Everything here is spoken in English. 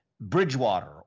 Bridgewater